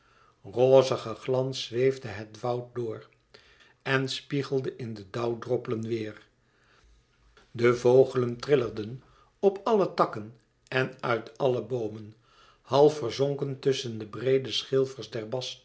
rozige glans zeefde het woud door en spiegelde in de dauwdruppelen weêr de vogelen trillerden op alle takken en uit alle boomen half verzonken tusschen de breede schilfers